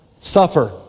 suffer